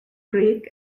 greek